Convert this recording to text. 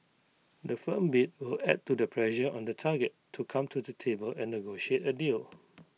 the firm bid will add to the pressure on the target to come to the table and negotiate A deal